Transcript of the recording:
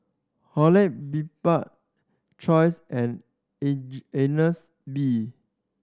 Horlick Bibik choice and age Agnes B